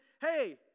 hey